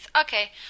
Okay